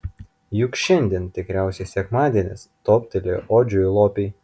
juk šiandien tikriausiai sekmadienis toptelėjo odžiui lopei